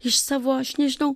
iš savo aš nežinau